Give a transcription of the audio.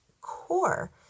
core